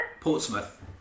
Portsmouth